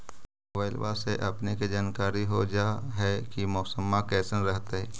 मोबाईलबा से अपने के जानकारी हो जा है की मौसमा कैसन रहतय?